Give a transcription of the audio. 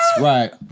Right